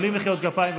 בלי מחיאות כפיים,